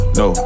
no